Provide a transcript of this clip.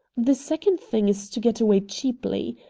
the second thing is to get away cheaply.